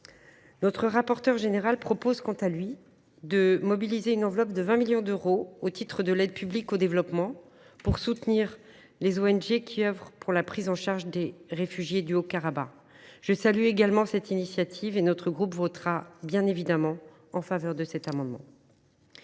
Notre rapporteur général propose quant à lui de mobiliser une enveloppe de 20 millions d’euros, au titre de la mission « Aide publique au développement », pour soutenir les ONG qui œuvrent à la prise en charge des réfugiés du Haut Karabagh. Je salue également cette initiative et notre groupe votera bien évidemment en faveur de cet amendement.